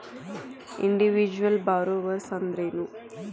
Individual borrowers ಅಂದ್ರೇನು?